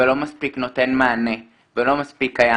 ולא מספיק נותן מענה ולא מספיק קיים.